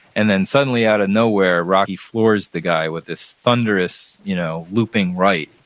and then suddenly, out of nowhere, rocky floors the guy with this thunderous you know looping right,